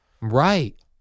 Right